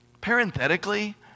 parenthetically